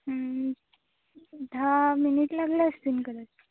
दहा मिनिट लागले असतील